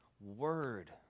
word